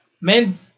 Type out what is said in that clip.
Men